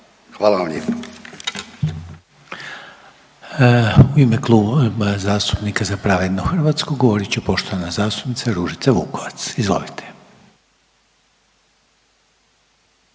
Hvala vam lijepo.